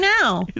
now